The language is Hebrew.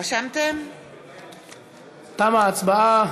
תמה ההצבעה.